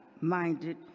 minded